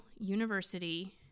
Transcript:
university